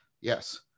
Yes